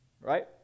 right